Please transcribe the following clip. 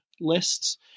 lists